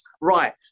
Right